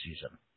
season